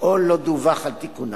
או לא דוּוח על תיקונם.